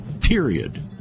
period